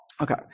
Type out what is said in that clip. Okay